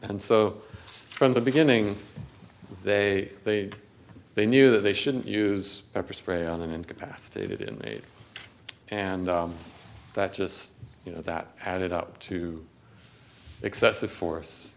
and so from the beginning they they they knew that they shouldn't use pepper spray on an incapacitated inmate and that just you know that added up to excessive force